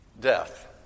death